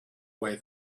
way